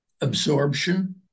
absorption